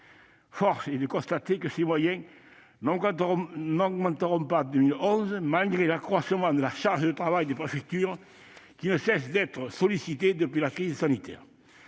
Force est de le constater, ces moyens n'augmenteront pas en 2021, malgré l'accroissement de la charge de travail des préfectures, lesquelles ne cessent d'être sollicitées depuis la crise sanitaire.